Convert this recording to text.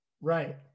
Right